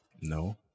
No